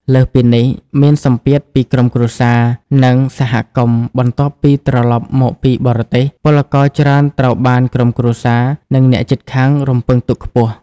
លើសពីនេះមានសម្ពាធពីក្រុមគ្រួសារ និងសហគមន៍ បន្ទាប់ពីត្រឡប់មកពីបរទេស ពលករច្រើនត្រូវបានក្រុមគ្រួសារ និងអ្នកជិតខាងរំពឹងទុកខ្ពស់។